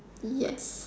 yes